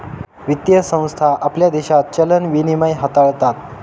वित्तीय संस्था आपल्या देशात चलन विनिमय हाताळतात